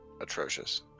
atrocious